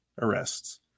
arrests